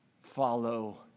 Follow